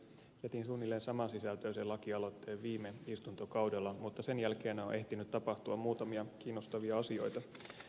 jätin suunnilleen samansisältöisen lakialoitteen viime istuntokaudella mutta sen jälkeen on ehtinyt tapahtua muutamia kiinnostavia asioita